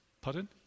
pardon